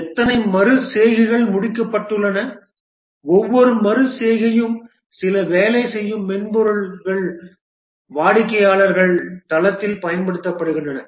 எத்தனை மறு செய்கைகள் முடிக்கப்பட்டுள்ளன ஒவ்வொரு மறு செய்கையும் சில வேலை செய்யும் மென்பொருள்கள் வாடிக்கையாளர் தளத்தில் பயன்படுத்தப்படுகின்றன